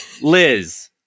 Liz